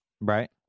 Right